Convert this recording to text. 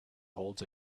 holds